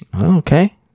Okay